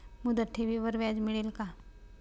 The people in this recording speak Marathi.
मुदत ठेवीवर व्याज मिळेल का?